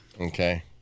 Okay